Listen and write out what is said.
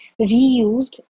reused